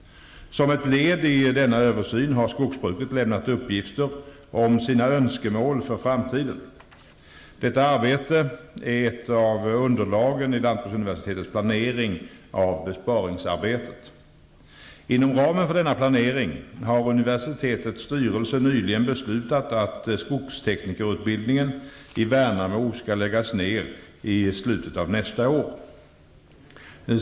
Som ett led i denna översyn har skogsbruket lämnat uppgifter om sina önskemål för framtiden. Detta arbete är ett av underlagen i Lantbruksuniversitetets planering av besparingsarbetet. Inom ramen för denna planering har universitetets styrelse nyligen beslutat att skogsteknikerutbildningen i Värnamo skall läggas ned i slutet av nästa år.